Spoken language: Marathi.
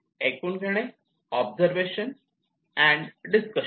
ऐकून घेणे ऑब्झर्वेशन अँड डिस्कशन